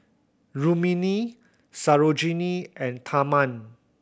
Rrukmini Sarojini and Tharman